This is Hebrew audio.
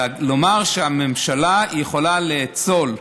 לומר שהממשלה יכולה לאצול,